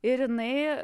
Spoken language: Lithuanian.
ir jinai